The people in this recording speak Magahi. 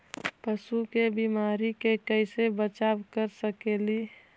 पशु के बीमारी से कैसे बचाब कर सेकेली?